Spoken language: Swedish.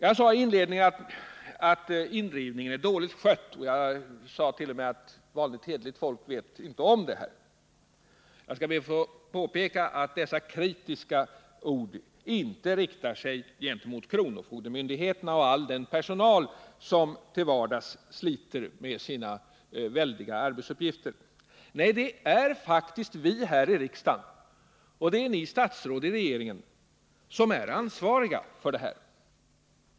Jag sade i inledningen att indrivningen är dåligt skött. Jag sade t.o.m. att vanligt hederligt folk inte vet om det. Jag skall be att få påpeka att dessa kritiska ord inte riktar sig till kronofogdemyndigheterna och all den personal som till vardags sliter med sina väldiga arbetsuppgifter där. Nej, det är faktiskt vi här i riksdagen och ni statsråd i regeringen som är ansvariga.